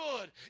good